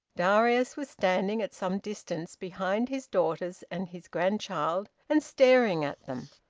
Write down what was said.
darius was standing at some distance behind his daughters and his grandchild, and staring at them.